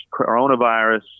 coronavirus